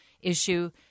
issue